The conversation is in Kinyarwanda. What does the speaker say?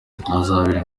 ahazabera